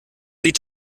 sieht